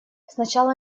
сначала